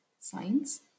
science